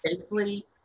safely